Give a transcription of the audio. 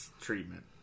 treatment